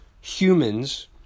humans